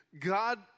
God